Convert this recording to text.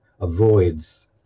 avoids